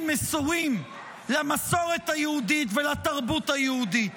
מסורים למסורת היהודית ולתרבות היהודית.